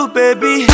baby